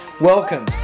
welcome